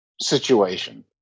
situation